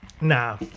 Nah